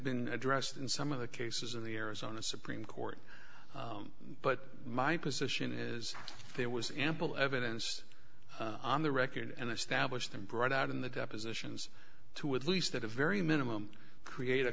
been addressed in some of the cases in the arizona supreme court but my position is there was ample evidence on the record and established and brought out in the depositions to at least at a very minimum create a